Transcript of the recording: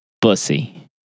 Bussy